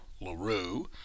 LaRue